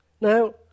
Now